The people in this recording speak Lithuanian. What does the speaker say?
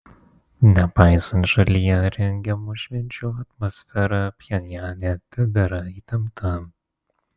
nepaisant šalyje rengiamų švenčių atmosfera pchenjane tebėra įtempta